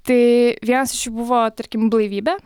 tai vienas iš jų buvo tarkim blaivybė